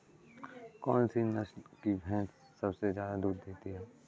कौन सी नस्ल की भैंस सबसे ज्यादा दूध देती है?